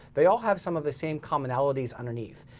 they all have some of the same commonalities underneath.